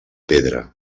pedra